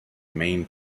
main